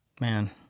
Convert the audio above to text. man